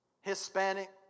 Hispanic